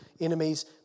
enemies